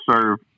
serve